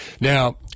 Now